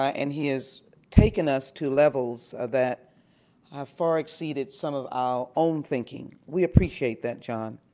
ah and he has taken us to levels that have far exceeded some of our own thinking. we appreciate that, john.